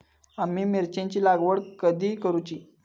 आम्ही मिरचेंची लागवड कधी करूची?